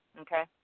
okay